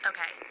Okay